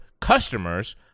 customers